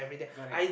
correct